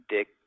Dick